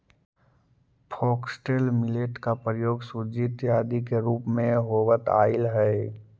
foxtail millet का प्रयोग सूजी इत्यादि के रूप में होवत आईल हई